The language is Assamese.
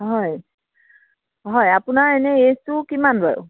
হয় হয় আপোনাৰ এনে এইজটো কিমান বাৰু